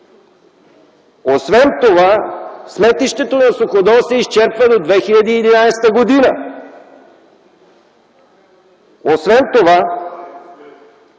Освен това сметището на Суходол се изчерпва до 2011 г. Освен това